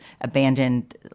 abandoned